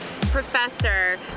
professor